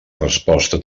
resposta